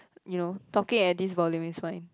you know talking at this volume is fine